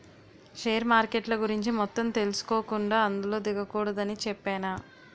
share మార్కెట్ల గురించి మొత్తం తెలుసుకోకుండా అందులో దిగకూడదని చెప్పేనా